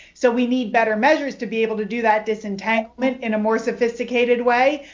so we need better measures to be able to do that disentanglement in a more sophisticated way.